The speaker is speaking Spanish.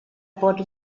por